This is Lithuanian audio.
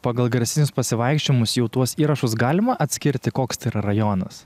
pagal garsinius pasivaikščiojimus jau tuos įrašus galima atskirti koks tai yra rajonas